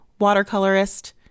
watercolorist